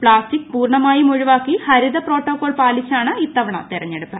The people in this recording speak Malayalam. പ്ലാസ്റ്റിക് പൂർണ്ണമായും ഒഴിവാക്കി ഹരിത പ്രോട്ടോകോൾ പാലിച്ചാണ് ഇത്തവണ തെരഞ്ഞെടുപ്പ്